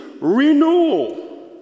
renewal